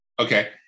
Okay